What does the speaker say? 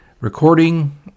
recording